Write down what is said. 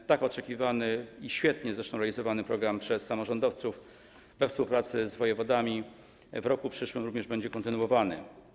Ten tak oczekiwany i świetnie zresztą realizowany program przez samorządowców we współpracy z wojewodami w roku przyszłym również będzie kontynuowany.